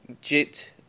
Jit